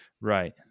Right